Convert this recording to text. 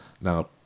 now